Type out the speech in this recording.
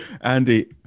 Andy